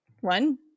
one